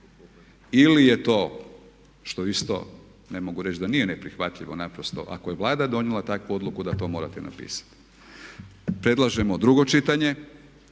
ili je to što isto ne mogu reći da nije neprihvatljivo naprosto ako je Vlada donijela takvu odluku da to morate napisati. Predlažemo drugo čitanje,